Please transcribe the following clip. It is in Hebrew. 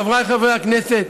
חבריי חברי הכנסת,